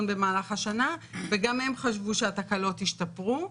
במהלך השנה וגם הם חשבו שהתקלות השתפרו.